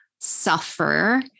suffer